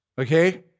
okay